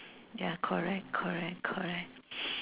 ya correct correct correct